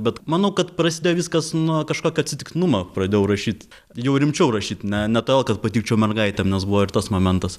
bet manau kad prasidėjo viskas nuo kažkokio atsitiktinumo pradėjau rašyt jau rimčiau rašyt ne ne toėl kad patikčiau mergaitėm nes buvo ir tas momentas